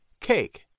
Cake